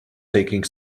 taking